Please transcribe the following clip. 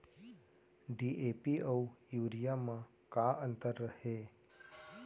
DAP अऊ urea म का अंतर हे?